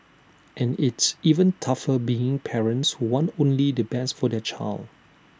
and it's even tougher being parents who want only the best for their child